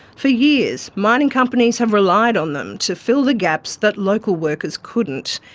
for years mining companies have relied on them to fill the gaps that local workers couldn't,